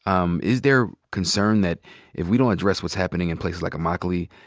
um is there concern that if we don't address what's happening in places like immokalee,